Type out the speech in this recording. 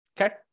Okay